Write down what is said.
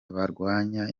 barwanye